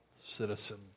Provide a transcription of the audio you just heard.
citizen